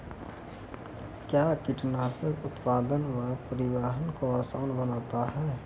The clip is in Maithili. कया कीटनासक उत्पादन व परिवहन को आसान बनता हैं?